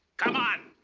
come on.